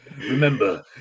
Remember